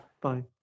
Bye